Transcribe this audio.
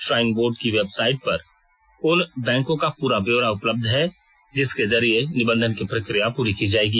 shrine board की website पर उन बैंको का पूरा ब्यौरा उपलब्ध है जिसके जरिए निबंधन की प्रक्रिया पूरी की जाएगी